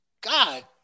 God